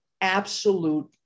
absolute